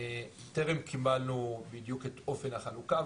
טרם קיבלנו בדיוק את אופן החלוקה,